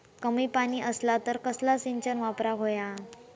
कमी पाणी असला तर कसला सिंचन वापराक होया?